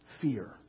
fear